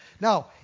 Now